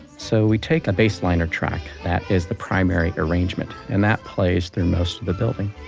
so we take a bass liner track that is the primary arrangement, and that plays through most of the building,